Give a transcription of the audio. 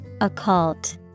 Occult